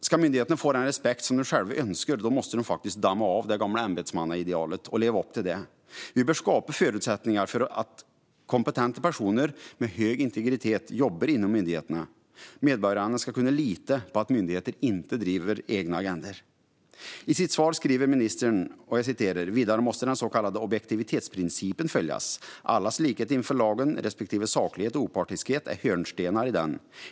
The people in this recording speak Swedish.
Ska myndigheterna få den respekt de själva önskar måste de faktiskt damma av det gamla ämbetsmannaidealet och leva upp till det. Vi bör skapa förutsättningar för kompetenta personer med hög integritet att jobba inom myndigheterna. Medborgarna ska kunna lita på att myndigheterna inte driver egna agendor. I sitt svar säger ministern följande: "Vidare måste den så kallade objektivitetsprincipen följas. Allas likhet inför lagen respektive saklighet och opartiskhet är hörnstenar i den.